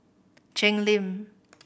Cheng Lim